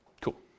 Cool